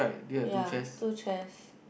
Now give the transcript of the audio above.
ya two chairs